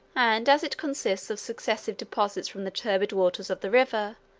and, as it consists of successive deposits from the turbid waters of the river,